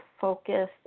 focus